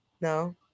No